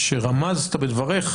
שרמזת בדבריך,